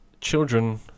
children